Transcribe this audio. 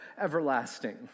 everlasting